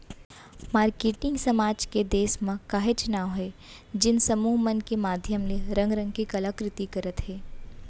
marketing समाज के देस म काहेच नांव हे जेन समूह मन के माधियम ले रंग रंग के कला कृति करत हे